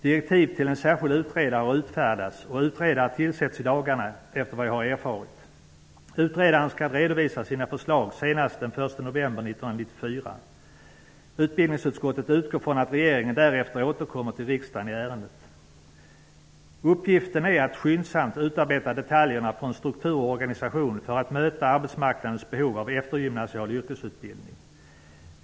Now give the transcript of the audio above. Direktiv till en särskild utredare har utfärdats, och en utredare tillsätts i dagarna har jag erfarit. Utredaren skall redovisa sina förslag senast den 1 november 1994. Utbildningsutskottet utgår från att regeringen därefter återkommer till riksdagen i ärendet. Uppgiften är att skyndsamt utarbeta detaljerna för en struktur och organisation för att möta arbetsmarknadens behov av eftergymnasial yrkesutbildning.